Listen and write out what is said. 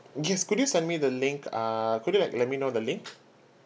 yes could you send me the link uh could you like let me know the link